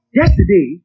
yesterday